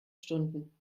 stunden